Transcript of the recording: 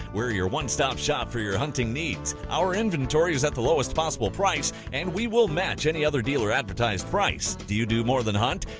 we're your one stop shop for your hunting needs! our inventory is at the lowest possible price, and we will match any other dealer advertised price! do you do more than hunt?